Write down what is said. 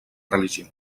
religió